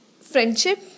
friendship